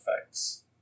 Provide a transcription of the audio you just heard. effects